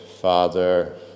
Father